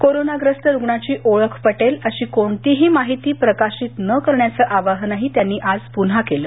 करोनाग्रस्त रुग्णाची ओळख पटेल अशी कोणतीही माहिती प्रकाशित न करण्याचं आवाहन त्यांनी आज पुन्हा केलं